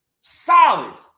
Solid